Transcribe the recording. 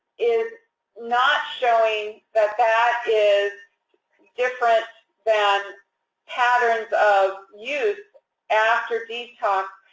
is not showing that that is different than patterns of use after detox,